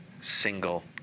single